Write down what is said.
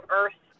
earth